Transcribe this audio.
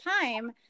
time